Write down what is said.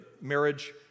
marriage